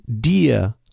dir